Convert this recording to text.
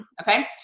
Okay